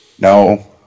No